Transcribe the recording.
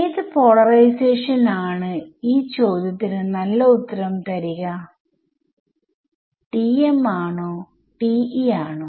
ഏത് പോളറൈസേഷൻ ആണ് ഈ ചോദ്യത്തിന് നല്ല ഒരു ഉത്തരം തരിക ™ ആണോ TE ആണോ